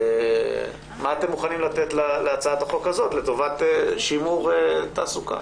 מה אתם מוכנים לתת להצעת החוק הזאת לטובת שימור תעסוקה?